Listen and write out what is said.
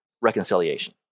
reconciliation